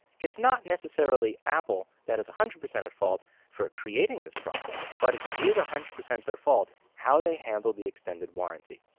it's not necessarily apple that is a hundred percent at fault for creating this product, but it is a hundred percent their fault how they handled the extended warranty.